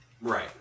right